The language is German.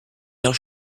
noch